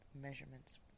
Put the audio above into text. measurements